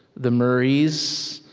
the murrays,